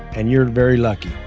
and you're very lucky.